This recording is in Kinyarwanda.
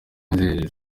inzererezi